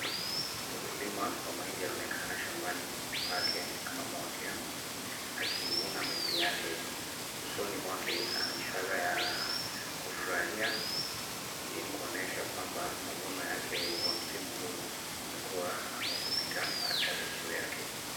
Mkulima wa mahindi anaonekana shambani pake ama mwake akivuna mahindi yake, usoni mwake ana ishara ya kufurahia hii ni kuonyesha kwamba mavuno yake wa msimu huu umekuwa ama umepita matarajio yake.